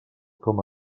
com